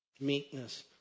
meekness